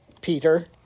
Peter